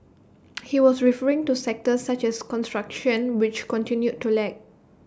he was referring to sectors such as construction which continued to lag